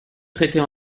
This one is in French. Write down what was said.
traiter